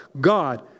God